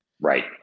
Right